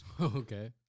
Okay